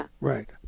Right